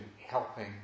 helping